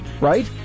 right